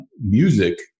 music